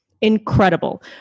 Incredible